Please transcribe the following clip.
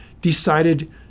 decided